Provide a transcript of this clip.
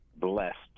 Blessed